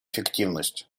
эффективность